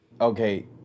okay